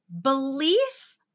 belief